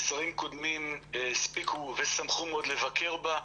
שרים קודמים הספיקו ושמחו מאוד לבקר בה.